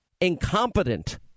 incompetent